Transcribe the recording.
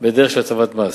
בדרך של הטבת מס.